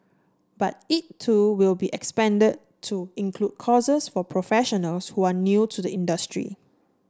but it too will be expanded to include courses for professionals who are new to the industry